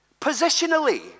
Positionally